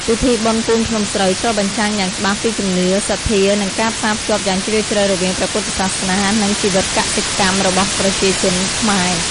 ពិធីបុណ្យពូនភ្នំស្រូវ ឆ្លុះបញ្ចាំងយ៉ាងច្បាស់ពីជំនឿ សទ្ធា និងការផ្សារភ្ជាប់យ៉ាងជ្រាលជ្រៅរវាងព្រះពុទ្ធសាសនា និងជីវិតកសិកម្មរបស់ប្រជាជនខ្មែរ។